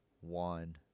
one